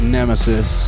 Nemesis